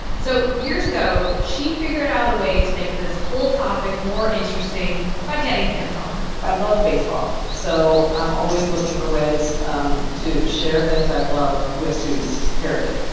so years ago, she figured out a way to make this whole topic more interesting by getting hands-on i love baseball. so i'm always looking for ways um to share things i love with students, period.